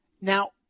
Now